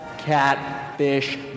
Catfish